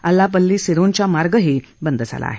आलापल्ली सिरोंचा मार्गही बंद झाला आहे